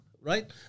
right